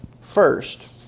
first